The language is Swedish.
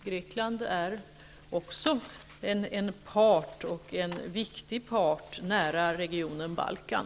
Grekland är också en part -- och en viktig part -- nära regionen